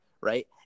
Right